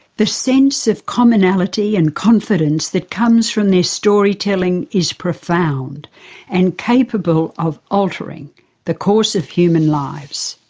the sense of commonality and confidence that comes from their storytelling is profound and capable of altering the course of human lives.